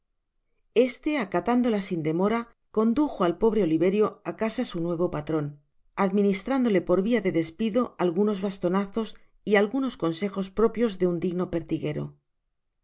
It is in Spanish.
este acatándola sin demora condujo al pobre oliverio á casa su nuevo patron administrándole por via de despido algunos bastonazos y algunos consejos propios de un digno pertiguero